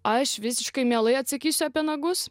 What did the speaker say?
aš visiškai mielai atsakysiu apie nagus